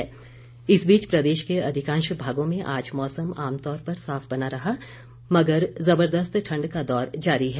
मौसम इस बीच प्रदेश के अधिकांश भागों में आज मौसम आमतौर पर साफ बना रहा मगर जबरदस्त ठण्ड का दौर जारी है